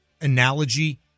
analogy